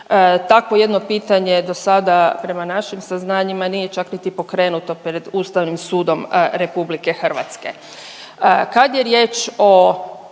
takvo jedno pitanje do sada prema našim saznanjima nije čak niti pokrenuto pred Ustavnim sudom RH. Kad je